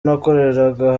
nakoreraga